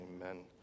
Amen